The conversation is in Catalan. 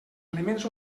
elements